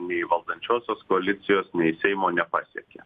nei valdančiosios koalicijos nei seimo nepasiekė